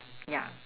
ya